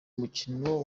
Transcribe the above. mukino